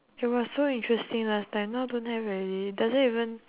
it was so interesting last time now don't have already it doesn't even